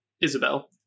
isabel